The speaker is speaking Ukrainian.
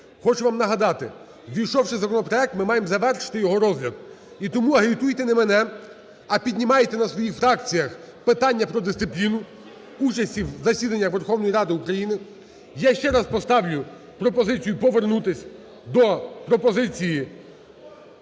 Хочу вам нагадати, увійшовши в законопроект, ми маємо завершити його розгляд. І тому агітуйте не мене, а піднімайте на своїх фракціях питання про дисципліну участі в засіданнях Верховної Ради України. Я ще раз поставлю пропозицію повернутися до пропозиції